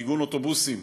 מיגון אוטובוסים